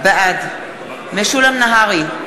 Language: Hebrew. בעד משולם נהרי,